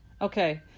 Okay